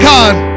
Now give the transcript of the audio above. God